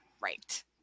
right